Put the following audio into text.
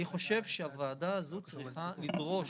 אני חושב שהוועדה הזו צריכה לדרוש